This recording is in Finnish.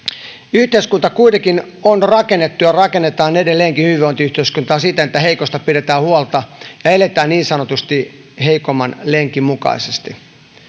hyvinvointiyhteiskuntaa kuitenkin on rakennettu ja rakennetaan edelleenkin siten että heikosta pidetään huolta ja eletään niin sanotusti heikomman lenkin mukaisesti ei